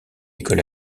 école